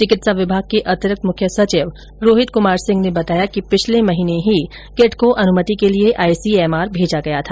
चिकित्सा विभाग के अतिरिक्त मुख्य सचिव रोहित कुमार सिंह ने बताया कि पिछले महीने ही किट को अनुमति के लिए आईसीएमआर भेजा गया था